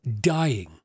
dying